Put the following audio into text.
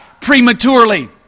prematurely